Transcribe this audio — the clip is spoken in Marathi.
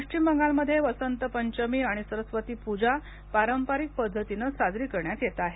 पश्चिम बंगाल मध्ये वसंत पंचमी आणि सरस्वती पूजा पारंपरिक पद्धतीने साजरी करण्यात येत आहे